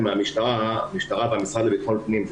מהמשטרה המשטרה והמשרד לביטחון הפנים,